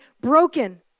broken